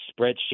spreadsheet